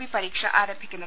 B പരീക്ഷ ആരംഭിക്കുന്നത്